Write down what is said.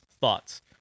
thoughts